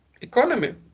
economy